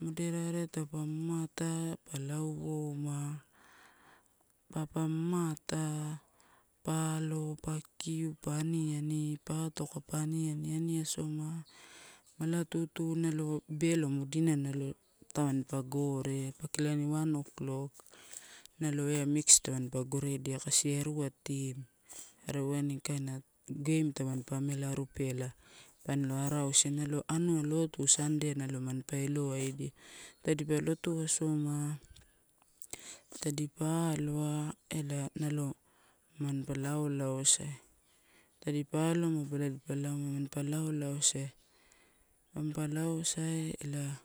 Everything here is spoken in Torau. moderea taupa mamata pa lauouma, papa mamata pa alo pa kikiu, pa aniani, pa ato ka pa aniani ani asoma, mala tu tu belo mudinai nalo tamanipa gore, pake la ni one oklok. Nalo eia mix tamanipa goreidia kasi ia erua team are waini kaina game tamanipa amela rupee a ela pani lo arausia. Anuna lotu sundae nalo manpa elowaidia, tadipa ltu asoma todipa aloa ela nalo manpa laulausae. Tadipa akamaba ela dipa lauma manpa laulausae, manpa lausae ela